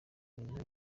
nyina